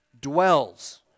dwells